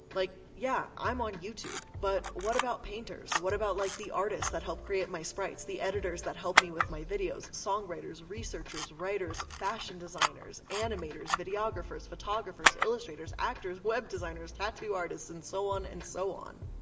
like yeah, i'm on youtube, but what about painters? what about like the artists that helped create my sprites? the editors that help me with my videos? songwriters, researchers, writers, fashion designers animators, videographers, photographers, illustrators, actors, web designers, tattoo artists, and so on and so on.